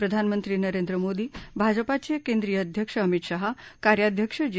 प्रधानमंत्री नरेंद्र मोदी भाजपाचे केंद्रीय अध्यक्ष अमित शहा कार्याध्यक्ष जे